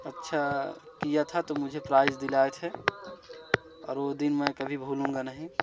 अच्छा किया था तो मुझे प्राइज दिलाए थे और वो दिन मै कभी भूलूंगा नहीं